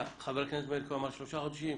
חבר הכנסת מאיר כהן אמר שלושה חודשים.